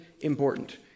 important